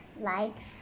likes